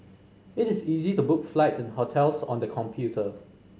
it is easy to book flights and hotels on the computer